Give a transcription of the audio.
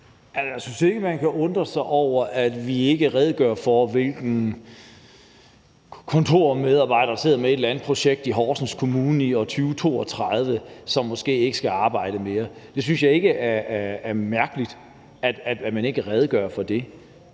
Jeg synes ikke, man kan undre sig over, at vi ikke redegør for, hvilken kontormedarbejder, der sidder med et eller andet projekt i Horsens Kommune i år 2032, som måske ikke skal arbejde mere. Jeg synes ikke, at det er mærkeligt, at man ikke redegør for det.